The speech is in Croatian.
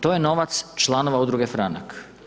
To je novac članova udruge Franak.